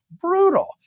brutal